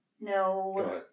No